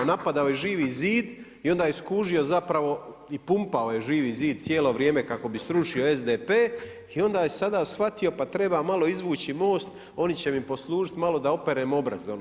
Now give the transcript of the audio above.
Napadao je Živi zid i onda je skužio zapravo i pumpao je Živi zid cijelo vrijeme kako bi srušio SDP i onda je sada shvatio pa trebam malo izvući MOST, oni će mi poslužit malo da operem obraz.